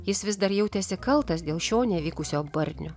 jis vis dar jautėsi kaltas dėl šio nevykusio barnio